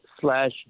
slash